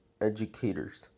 educators